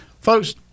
folks